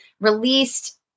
released